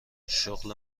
شغل